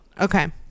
okay